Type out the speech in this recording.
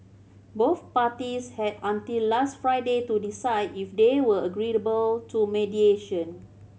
both parties had until last Friday to decide if they were agreeable to mediation